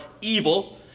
evil